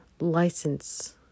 license